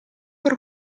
per